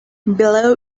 below